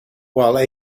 while